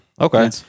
okay